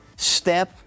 Step